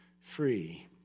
free